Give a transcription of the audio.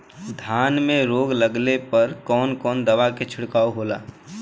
धान में रोग लगले पर कवन कवन दवा के छिड़काव होला?